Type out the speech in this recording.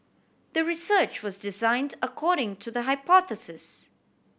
the research was designed according to the hypothesis